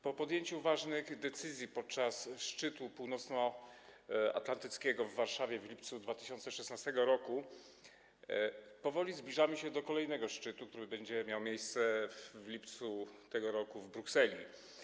Po podjęciu ważnych decyzji podczas szczytu północnoatlantyckiego w Warszawie w lipcu 2016 r. powoli zbliżamy się do kolejnego szczytu, który będzie miał miejsce w lipcu tego roku w Brukseli.